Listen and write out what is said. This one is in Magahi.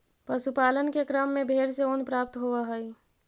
पशुपालन के क्रम में भेंड से ऊन प्राप्त होवऽ हई